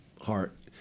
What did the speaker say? heart